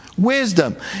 Wisdom